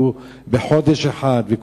היו בחודש אחד.